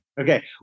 Okay